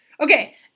Okay